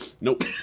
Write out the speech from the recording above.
nope